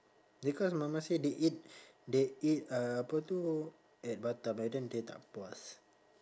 because mama say they eat they eat uh apa tu at batam and then they tak puas